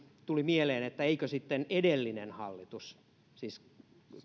tuli mieleen että eikö sitten edellinen hallitus siis